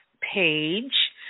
page